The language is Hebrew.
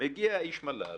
מגיע איש מל"ל